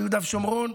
ביהודה ושומרון,